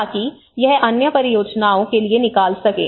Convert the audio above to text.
ताकि यह अन्य परियोजनाओं के लिए निकाल सके